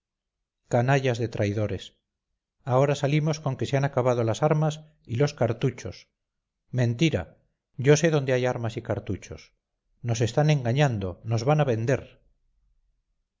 canallas de traidores ahora salimos con que se han acabado las armas y los cartuchos mentira yo sé dónde hay armas y cartuchos nos están engañando nos van a vender